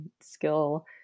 skill